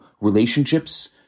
relationships